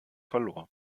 verlor